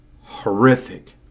horrific